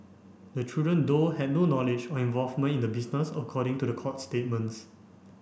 the children though had no knowledge or involvement in the business according to court statements